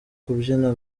kubyina